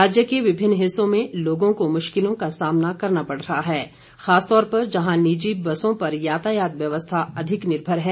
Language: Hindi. राज्य के विभिन्न हिस्सों में लोगों को मुश्किलों का सामना करना पड़ रहा है खासकर जहां निजी बसों पर यातायात व्यवस्था अधिक निर्भर है